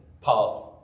path